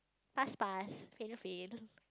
pass pass fail fail